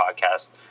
podcast